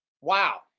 Wow